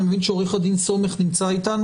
אני מבין שעורך הדין שי סומך ממשרד המשפטים נמצא אתנו.